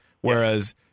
whereas